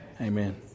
Amen